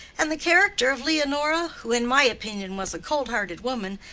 and the character of leonora, who, in my opinion, was a cold-hearted woman,